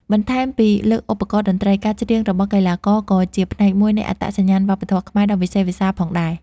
បន្ថែមពីលើឧបករណ៍តន្ត្រី ការច្រៀងរបស់កីឡាករ ក៏ជាផ្នែកមួយនៃអត្តសញ្ញាណវប្បធម៌ខ្មែរដ៏វិសេសវិសាលផងដែរ។